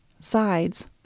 Sides